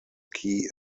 key